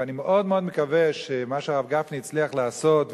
ואני מאוד מקווה שמה שהרב גפני הצליח לעשות,